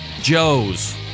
Joe's